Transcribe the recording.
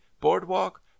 boardwalk